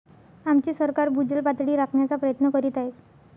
आमचे सरकार भूजल पातळी राखण्याचा प्रयत्न करीत आहे